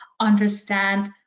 understand